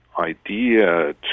idea